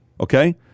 okay